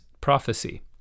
prophecy